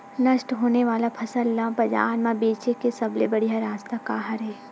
नष्ट होने वाला फसल ला बाजार मा बेचे के सबले बढ़िया रास्ता का हरे?